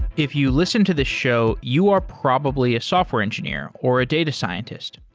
if you listen to this show, you are probably a software engineer or a data scientist.